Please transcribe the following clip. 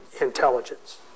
intelligence